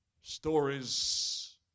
stories